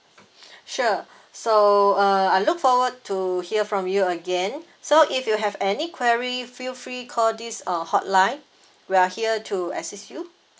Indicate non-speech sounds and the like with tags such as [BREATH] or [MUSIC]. [BREATH] sure so uh I look forward to hear from you again so if you have any query feel free call this uh hotline we are here to assist you